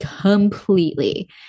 completely